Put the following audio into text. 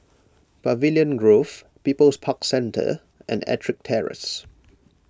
Pavilion Grove People's Park Centre and Ettrick Terrace